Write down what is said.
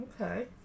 Okay